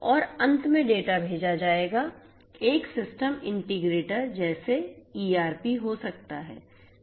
और अंत में डेटा भेजा जाएगा एक सिस्टम इंटीग्रेटर जैसे ईआरपी हो सकता है